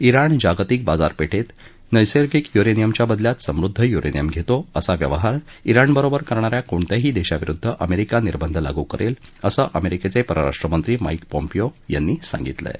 Iran जागतिक बाजारपेठेत नैसर्गिक युरेनियमच्या बदल्यात समृद्ध युरेनियम घेतो असा व्यवहार इराणबरोबर करणा या कोणत्याही देशाविरुद्ध अमेरिका निर्बंध लागू करेल असं अमेरिकेचे परराष्ट्र मंत्री माईक पॉम्पीओ यांनी सांगितलं आहे